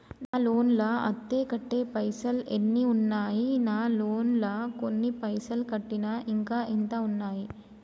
నా లోన్ లా అత్తే కట్టే పైసల్ ఎన్ని ఉన్నాయి నా లోన్ లా కొన్ని పైసల్ కట్టిన ఇంకా ఎంత ఉన్నాయి?